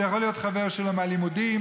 זה יכול להיות חבר שלו מהלימודים,